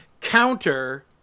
counter